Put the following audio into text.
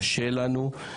קשה לנו.